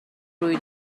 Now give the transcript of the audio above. روی